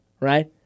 right